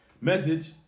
Message